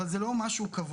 אבל זה לא משהו קבוע.